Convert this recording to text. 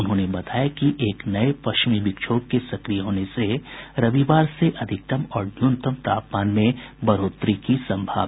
उन्होंने बताया कि एक नये पश्चिमी विक्षोभ के सक्रिय होने के कारण रविवार से अधिकतम और न्यूनतम तापमान में बढ़ोतरी होगी